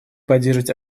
поддерживать